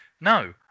No